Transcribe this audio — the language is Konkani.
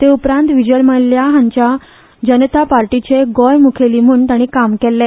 ते उपरांत विजय मल्ल्या हांच्या जनता पार्टीचे गोंय मुखेली म्हण ताणी काम केल्ले